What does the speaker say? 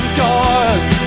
doors